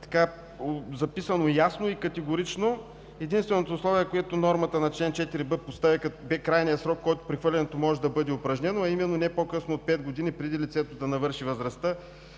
записано ясно и категорично. Единственото условие, което нормата на чл. 4б постави, беше крайният срок, до който прехвърлянето може да бъде упражнено, а именно не по-късно от пет години преди лицето да навърши възрастта,